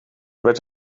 werd